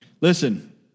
Listen